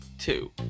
Two